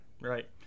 right